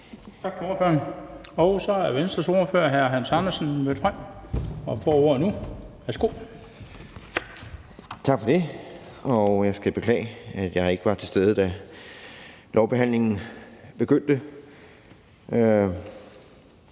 Tak for det. Jeg skal beklage, at jeg ikke var til stede, da lovbehandlingen begyndte.